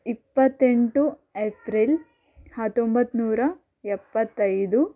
ಇಪ್ಪತ್ತೆಂಟು ಎಪ್ರಿಲ್ ಹತ್ತೊಂಬತ್ತು ನೂರ ಎಪ್ಪತ್ತೈದು